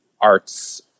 arts